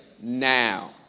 Now